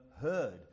heard